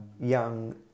young